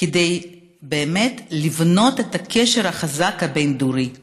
כדי לבנות קשר בין-דורי חזק.